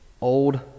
old